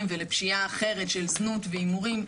ולפשיעה אחרת של זנות והימורים.